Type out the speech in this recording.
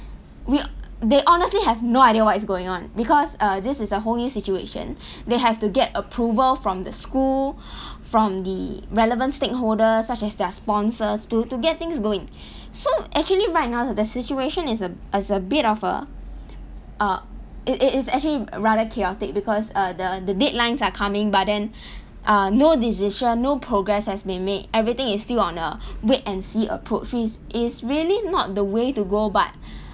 we~ they honestly have no idea what is going on because err this is a whole new situation they have to get approval from the school from the relevant stakeholders such as their sponsors to to get things going so actually right now the situation is a is a bit of a uh it it it's actually rather chaotic because uh the the deadlines are coming but then uh no decision no progress has been made everything is still on a wait and see approach which is really not the way to go but